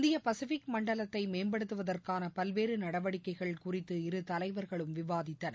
இந்திய பசிபிக் மண்டலத்தை மேம்படுத்துவதற்கான பல்வேறு நடவடிக்கைகள் குறித்து இரு தலைவர்களும் விவாதித்தனர்